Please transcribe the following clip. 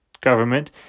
government